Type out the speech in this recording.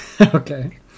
Okay